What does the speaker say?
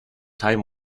time